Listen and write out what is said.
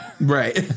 Right